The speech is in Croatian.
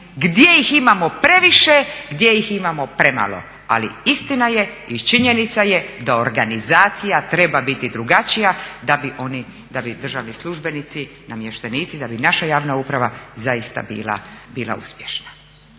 gdje ih imamo previše, gdje ih imamo premalo. Ali istina je i činjenica je da organizacija treba biti drugačija da bi državni službenici, namještenici, da bi naša javna uprava zaista bila uspješna.